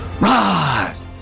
rise